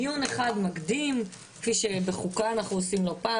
דיון אחד מקדים כפי שבחוקה אנחנו עושים לא פעם.